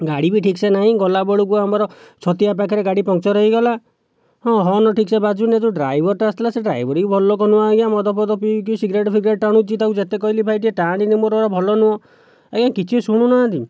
ଗାଡ଼ି ବି ଠିକ୍ସେ ନାହିଁ ଗଲାବେଳକୁ ଆମର ଛତିଆ ପାଖରେ ଗାଡ଼ି ପଂଞ୍ଚର ହେଇଗଲା ହଁ ହର୍ନ ଠିକ୍ସେ ବାଜୁନି ଯେଉଁ ଡ୍ରାଇଭରଟା ଆସିଥିଲା ସେ ଡ୍ରାଇଭର ବି ଭଲ ଲୋକ ନୁହଁ ଆଜ୍ଞା ମଦ ଫଦ ପିଇକି ସିଗାରେଟ୍ ଫିଗରଟ୍ ଟାଣୁଛି ତାକୁ ଯେତେ କହିଲି ଭାଇ ଟିକେ ଟାଣେନି ମୋର ଏଗୁରା ଭଲ ନୁହଁ ଆଜ୍ଞା କିଛି ଶୁଣୁ ନାହାନ୍ତି